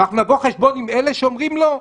אנחנו נבוא חשבון עם אלה שאומרים: לא.